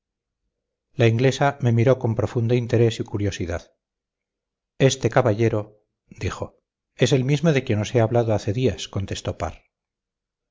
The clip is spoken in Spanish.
la inglesa me miró con profundo interés y curiosidad este caballero dijo es el mismo de quien os he hablado hace días contestó parr